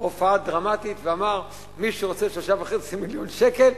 ההופעה הדרמטית, ואמר: מי שרוצה 3.5 מיליון שקל,